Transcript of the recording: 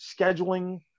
scheduling